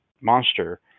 monster